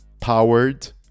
powered